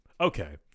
okay